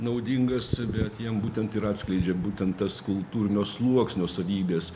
naudingas bet jiem būtent ir atskleidžia būtent tas kultūrinio sluoksnio savybės